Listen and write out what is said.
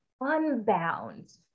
unbound